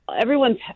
everyone's